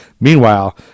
Meanwhile